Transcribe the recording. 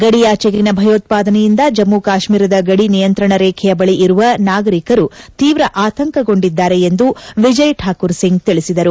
ಗಡಿಯಾಚೆಗಿನ ಭಯೋತಾದನೆಯಿಂದ ಜಮ್ನ ಕಾತೀರದ ಗಡಿ ನಿಯಂತ್ರಣ ರೇಖೆಯ ಬಳಿ ಇರುವ ನಾಗರಿಕರು ತೀವ್ರ ಆತಂಕಗೊಂಡಿದ್ದಾರೆ ಎಂದು ವಿಜಯ್ ಶಾಕೂರ್ ಸಿಂಗ್ ತಿಳಿಸಿದರು